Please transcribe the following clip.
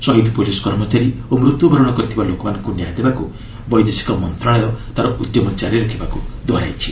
ଶହିଦ୍ police କର୍ମଚାରୀ ଓ ମୃତ୍ୟୁ ବରଣ କରିଥିବା ଲୋକମାନଙ୍କୁ ନ୍ୟାୟ ଦେବାକୁ ବୈଦେଶିକ ମନ୍ତ୍ରଣାଳୟ ତା'ର ଉଦ୍ୟମ କାରି ରଖିବାକୁ ଦୋହରାଇଛି